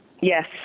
Yes